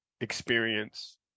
experience